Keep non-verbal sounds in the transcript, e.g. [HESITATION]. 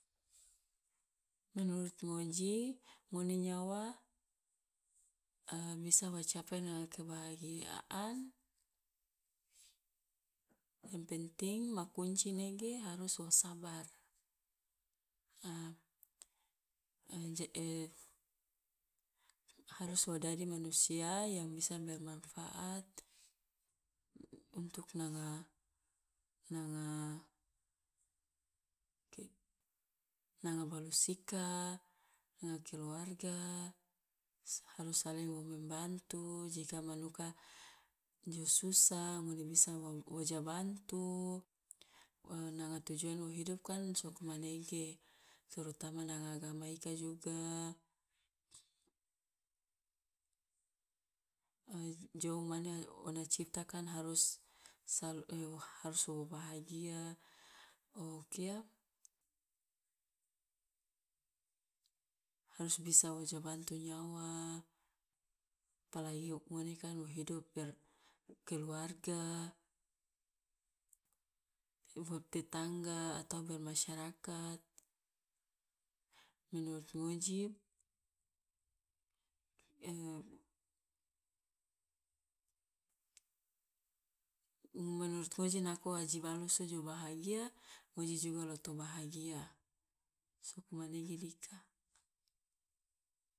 Menurut ngoji ngone nyawa [HESITATION] bisa wa capai nanga kebahagiaan, yang penting ma fungsi nege harus wo sabar, [HESITATION] je [HESITATION] harus wa dadi manusia yang bisa untuk nanga nanga ke nanga balus ika, nanga keluarga, harus wo saling membantu jika manuka jo susah ngone bisa wa wo ja bantu [HESITATION] nanga tujuan wo hidup kan sokmanege, terutama nanga agama ika juga [NOISE] [HESITATION] jou mane o na ciptakan harus sal [HESITATION] wo harus wo bahagia, o kia harus bisa wo ja bantu nyawa apalagi wo ua ne kan wo hidup berkeluarga, wo tetangga, atau bermasyarakat, menurut ngoji [HESITATION] menurut ngoji nako aji balusu jo bahagia ngori juga lo to bahagia, sokmanege dika.